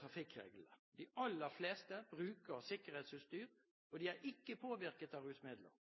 trafikkreglene. De aller fleste bruker sikkerhetsutstyr, og de er ikke påvirket av rusmidler.